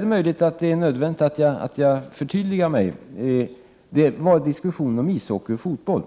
Det kanske är nödvändigt att jag förtydligar mig när det gäller diskussionen om ishockey och fotboll.